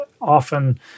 Often